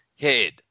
head